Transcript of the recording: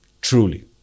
Truly